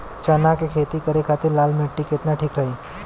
चना के खेती करे के खातिर लाल मिट्टी केतना ठीक रही?